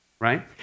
right